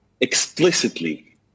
explicitly